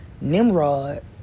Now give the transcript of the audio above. Nimrod